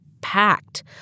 packed